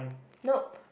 nope